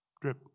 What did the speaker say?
drip